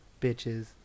bitches